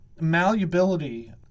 malleability